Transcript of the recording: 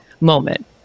moment